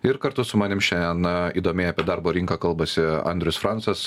ir kartu su manim šiandien įdomiai apie darbo rinką kalbasi andrius francas